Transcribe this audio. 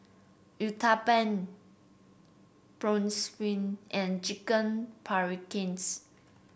Uthapam Bratwurst and Chicken Paprikas